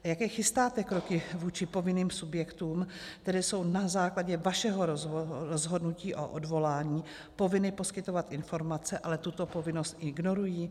A jaké chystáte kroky vůči povinným subjektům, které jsou na základě vašeho rozhodnutí o odvolání povinny poskytovat informace, ale tuto povinnost ignorují?